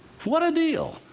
what a deal!